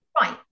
Right